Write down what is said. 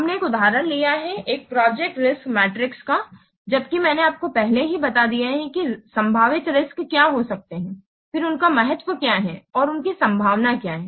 हमने एक उदाहरण लिया है एक प्रोजेक्ट रिस्क् मैट्रिक्स का जबकि मैंने आपको पहले ही बताया है कि संभावित रिस्क् क्या हो सकते हैं फिर उनका महत्व क्या है और उनकी संभावना क्या है